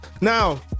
Now